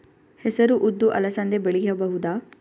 ಹೆಸರು ಉದ್ದು ಅಲಸಂದೆ ಬೆಳೆಯಬಹುದಾ?